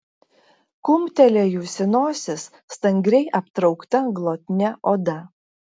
kumptelėjusi nosis stangriai aptraukta glotnia oda